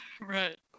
Right